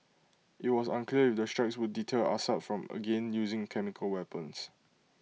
IT was unclear if the strikes will deter Assad from again using chemical weapons